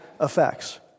effects